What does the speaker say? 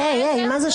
ואליד אלהואשלה (רע"מ,